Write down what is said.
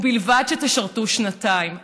ובלבד שתשרתו שנתיים.